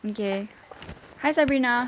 okay hi sabrina